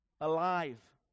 alive